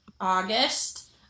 august